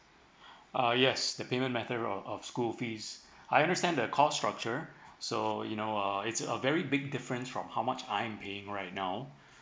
uh yes the payment method of of school fees I understand the cost structure so you know uh it's a very big difference from how much I am paying right now